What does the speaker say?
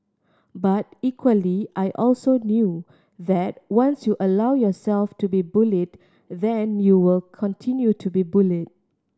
but equally I also knew that once you allow yourself to be bullied then you will continue to be bullied